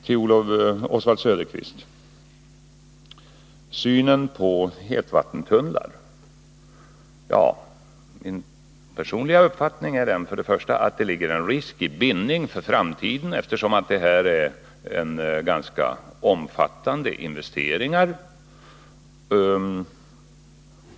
Till Oswald Söderqvist och synen på hetvattentunnlar. Min personliga uppfattning är att det föreligger en risk för framtida bindningar eftersom det gäller stora investeringar.